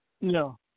No